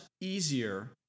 easier